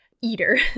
eater